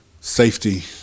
safety